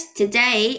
today